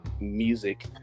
music